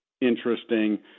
interesting